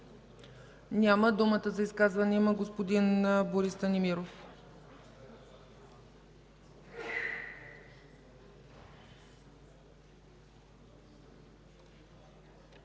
Няма. Думата за изказване има господин Борис Станимиров.